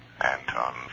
Anton